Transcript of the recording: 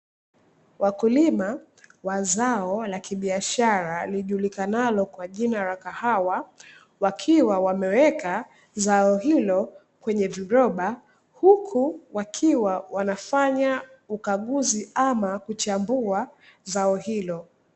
Wakulima wa zao la kibiashara lijulikanalo kwa jina kahawa wakiwa wameweka zao hilo kwenye viroba, huku wakiwa wanafanya ukaguzi ama kuchambua zao hilo.